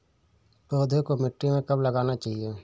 पौधें को मिट्टी में कब लगाना चाहिए?